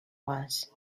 was